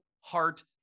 heart